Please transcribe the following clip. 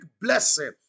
blessing